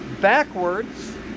backwards